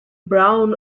brown